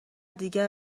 دیگر